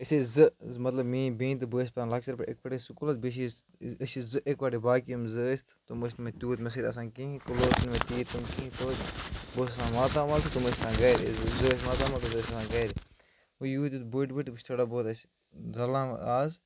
أسۍ ٲسۍ زٕ مطلب میٲنۍ بینہِ بہ ٲسۍ پران لۄکچارپٮ۪ٹھے اِکوٹے سکولس بیٛیہِ چھِ أسۍ أسۍ زٕ اِکَوٹے باقٕی یِم زٕ ٲسۍٕ تِم ٲسۍ نہٕ تیوٗت مےٚ سۭتۍ آسان کہیٖنۍ مے تیۭتۍ کِہیٖنۍ بہٕ اوسس آسان متامال تم ٲسۍ آسان گرِ زٕ ٲسۍ ماتال تہٕ زٕ ٲسۍ آسان گرِ وۄں یوٗت یوٗت بٔڑۍ بٔڑۍ وۄں چھُ تھوڑا بہت ٲسۍ رلان وۄں آز